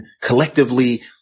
collectively